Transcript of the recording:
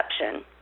exception